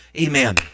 amen